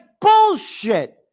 bullshit